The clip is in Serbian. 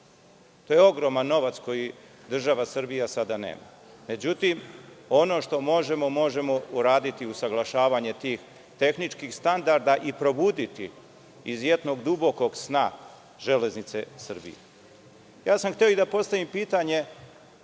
To je ogroman novac koji država Srbija sada nema. Međutim, ono što možemo, možemo uraditi usaglašavanje tih tehničkih standarda i probuditi iz jednog dubokog sna železnice Srbije. Tako je pompezno